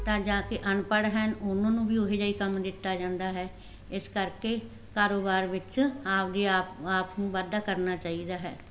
ਤਾਂ ਜਾ ਕੇ ਅਨਪੜ੍ਹ ਹਨ ਉਹਨਾਂ ਨੂੰ ਵੀ ਉਹੋ ਜਿਹਾ ਹੀ ਕੰਮ ਦਿੱਤਾ ਜਾਂਦਾ ਹੈ ਇਸ ਕਰਕੇ ਕਾਰੋਬਾਰ ਵਿੱਚ ਆਪਣੀ ਆਪ ਆਪ ਨੂੰ ਵਾਧਾ ਕਰਨਾ ਚਾਹੀਦਾ ਹੈ